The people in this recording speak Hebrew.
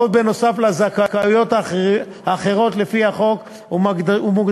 באות בנוסף לזכאויות האחרות לפי החוק ומוקדשות